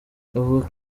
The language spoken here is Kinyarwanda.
avuga